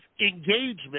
engagement